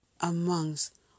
amongst